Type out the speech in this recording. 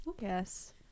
yes